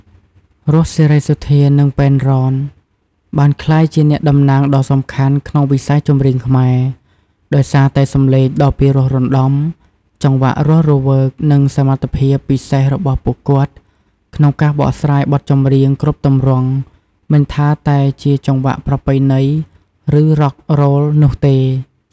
រស់ សេរីសុទ្ធា និង ប៉ែន រ៉ន បានក្លាយជាអ្នកតំណាងដ៏សំខាន់ក្នុងវិស័យចម្រៀងខ្មែរ ដោយសារតែសំឡេងដ៏ពីរោះរណ្ដំ ចង្វាក់រស់រវើក និងសមត្ថភាព ពិសេសរបស់ពួកគាត់ក្នុងការបកស្រាយបទចម្រៀងគ្រប់ទម្រង់ មិនថាតែជាចង្វាក់ប្រពៃណី ឬ Rock Roll នោះទេ។